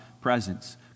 presence